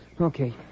Okay